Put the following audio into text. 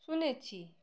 শুনেছি